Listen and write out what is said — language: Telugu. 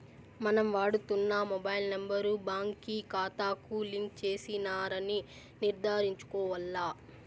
మనం వాడుతున్న మొబైల్ నెంబర్ బాంకీ కాతాకు లింక్ చేసినారని నిర్ధారించుకోవాల్ల